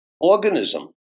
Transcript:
organism